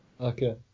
Okay